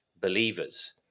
believers